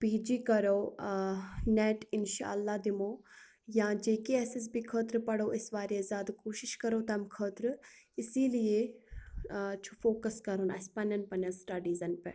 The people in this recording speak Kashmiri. پی جی کرو ٲں نیٚٹ انشاء اللہ دِمو یا J K S S B خٲطرٕ پَڑھو أسۍ واریاہ زیادٕ کوشش کرو تَمہِ خٲطرٕ اسی لیے ٲں چھُ فوکَس کَرُن اسہِ پَننیٚن پَننیٚن سٹیڈیٖزَن پٮ۪ٹھ